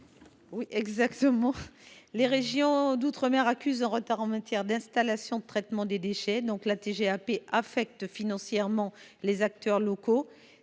826 rectifié. Les régions d’outre mer accusent un retard en matière d’installations de traitement des déchets. La TGAP affecte donc financièrement les acteurs locaux.